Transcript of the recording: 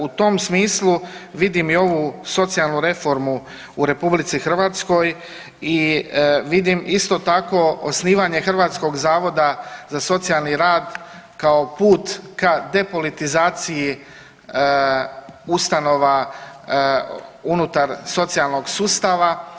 U tom smislu vidim i ovu socijalnu reformu u RH i vidim isto tako osnivanje Hrvatskog zavoda za socijalni rad kao put ka depolitizaciji ustanova unutar socijalnog sustava.